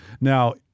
Now